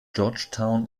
georgetown